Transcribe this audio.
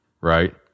right